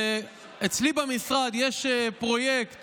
אצלי במשרד יש פרויקט